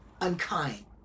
unkind